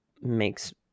makes